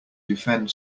defend